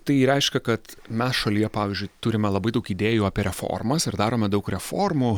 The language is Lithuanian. tai reiškia kad mes šalyje pavyzdžiui turime labai daug idėjų apie reformas ir darome daug reformų